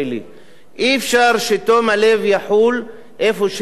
אי-אפשר שתום הלב יחול איפה שרק רוצים,